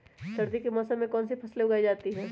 सर्दी के मौसम में कौन सी फसल उगाई जाती है?